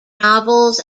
novels